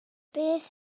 beth